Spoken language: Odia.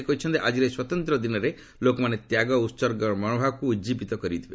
ସେ କହିଛନ୍ତି ଆଜିର ଏହି ସ୍ୱତନ୍ତ୍ର ଦିନରେ ଲୋକମାନେ ତ୍ୟାଗ ଓ ଉତ୍ସର୍ଗର ମନଭାବକୁ ଉଦ୍ଜିବିତ କରିଥିଲେ